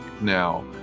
now